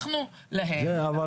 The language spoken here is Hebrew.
אנחנו להם.